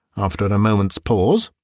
after a moment's pause.